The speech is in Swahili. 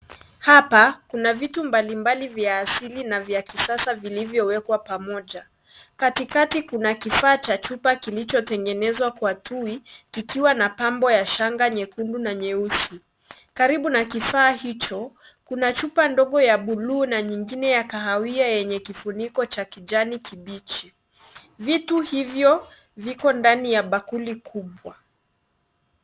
Hapa kuna vitu mbalimbali vya sili na vya kisasa vilivyowekwa pamoja. Katikati kuna kifaa cha chupa kilichotengenezwa kwa tui kikiwa na pambo ya shanga nyekundu na nyeusi. Karibu na kifaa hicho kuna chupa ndogo ya buluu na nyingine ya kahawia yenye kifuniko cha kijani kibichi. Vitu hivyoviko ndani ya bakuli kubwa.